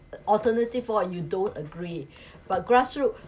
alternative voice you don't agree but grassroot